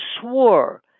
swore